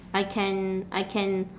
I can I can